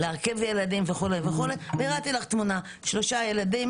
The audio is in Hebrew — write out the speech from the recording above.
להרכיב ילדים - הראיתי לך תמונה - שלושה ילדים